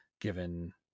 given